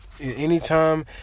Anytime